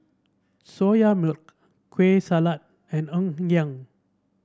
Soya Milk Kueh Salat and Ngoh Hiang